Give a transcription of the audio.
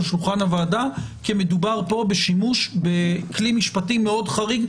שולחן הוועדה כי מדובר פה בשימוש בכלי משפטי מאוד חריג.